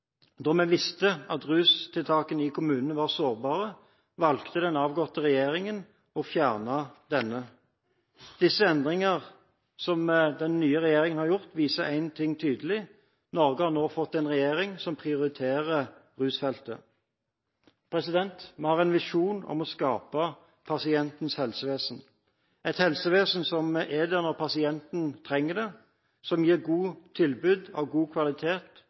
da vi visste at rustiltakene i kommunene var sårbare, valgte den avgåtte regjeringen å fjerne dette. Disse endringene som den nye regjeringen har gjort, viser én ting tydelig: Norge har nå fått en regjering som prioriterer rusfeltet. Vi har en visjon om å skape pasientens helsevesen, et helsevesen som er der når pasienten trenger det, som gir gode tilbud av god kvalitet